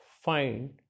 find